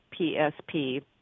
PSP